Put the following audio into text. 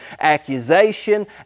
accusation